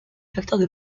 facteurs